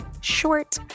short